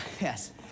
yes